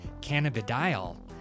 cannabidiol